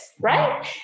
right